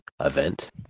event